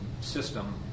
system